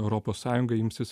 europos sąjunga imsis